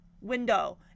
window